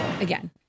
again